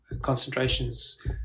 concentrations